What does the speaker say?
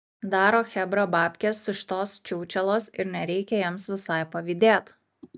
daro chebra babkes iš tos čiūčelos ir nereikia jiems visai pavydėt